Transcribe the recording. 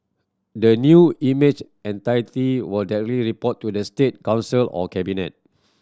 the new image entity will directly report to the State Council or cabinet